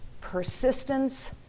persistence